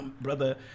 brother